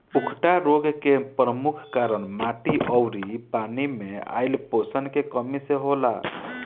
उकठा रोग के परमुख कारन माटी अउरी पानी मे आइल पोषण के कमी से होला